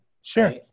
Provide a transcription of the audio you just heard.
Sure